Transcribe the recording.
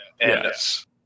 Yes